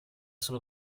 sono